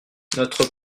notre